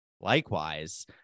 Likewise